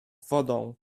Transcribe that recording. wodą